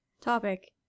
Topic